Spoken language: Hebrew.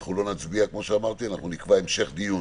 אנחנו לא נצביע, כמו שאמרתי, אנחנו נקבע המשך דיון